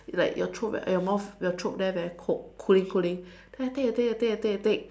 like your throat there your mouth your throat there very cool cooling cooling then I take and take and take and take